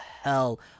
hell